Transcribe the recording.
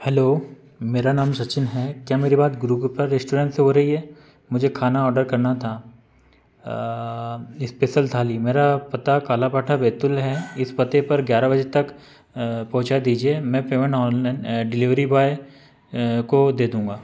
hello मेरा नाम सचिन है क्या मेरी बात गुरुकृपा रेस्टोरेंट से हो रही है मुझे खाना ऑर्डर करना था स्पेशल थाली मेरा पता कालाबाठा बैतूल है इस पते पर ग्यारह बजे तक पहुँचा दीजिए मैं पेमेंट ऑनलाइन डिलीवरी बॉय को दे दूँगा